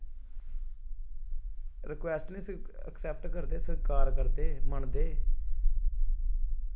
request निं accept करदे स्वीकार करदे मनदे